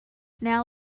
now